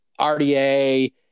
RDA